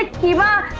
ah keema.